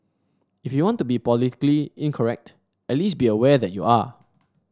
if you want to be politically incorrect at least be aware that you are